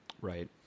Right